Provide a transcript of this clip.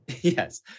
Yes